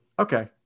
okay